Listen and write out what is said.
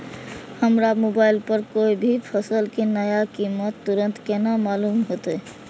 हमरा मोबाइल पर कोई भी फसल के नया कीमत तुरंत केना मालूम होते?